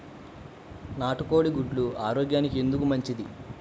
నాటు కోడి గుడ్లు ఆరోగ్యానికి ఎందుకు మంచిది?